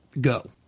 Go